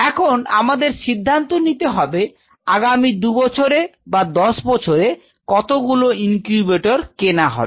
এখন আমাদের সিদ্ধান্ত নিতে হবে আগামী দুবছরে বা দশ বছরে কতগুলো ইনকিউবেটর কেনা হবে